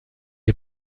est